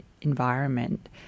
environment